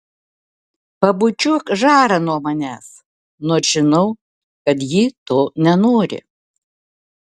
pabučiuok žarą nuo manęs nors žinau kad ji to nenori